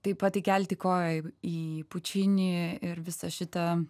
taip pat įkelti koją į į pučinį ir visą šitą